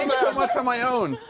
so much on my own!